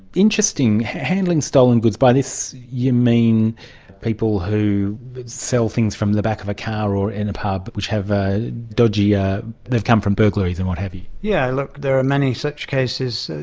interesting, handling stolen goods, by this you mean people who sell things from the back of a car or in a pub which have a dodgy, ah they've come from burglaries and what have you? yes, yeah look, there are many such cases.